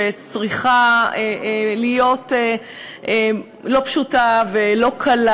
שצריכה להיות לא פשוטה ולא קלה.